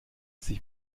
sich